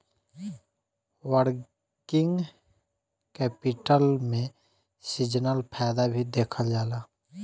working capital में seasonal फायदा भी देखल जाला